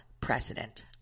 precedent